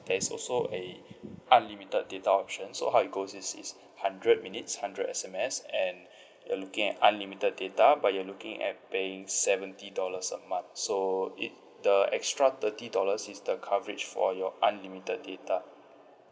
there is also a unlimited data option so how it goes is is hundred minutes hundred S_M_S and you're looking at unlimited data but you're looking at paying seventy dollars a month so it the extra thirty dollars is the coverage for your unlimited data